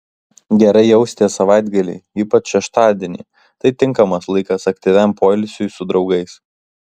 gerai jausitės savaitgalį ypač šeštadienį tai tinkamas laikas aktyviam poilsiui su draugais